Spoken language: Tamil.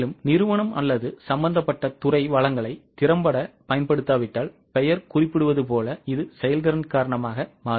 நிறுவனம் அல்லது சம்பந்தப்பட்ட துறை வளங்களை திறம்பட பயன்படுத்தாவிட்டால் பெயர் குறிப்பிடுவது போல இது செயல்திறன் காரணமாக மாறுபடும்